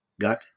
got